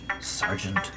Sergeant